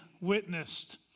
witnessed